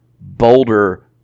bolder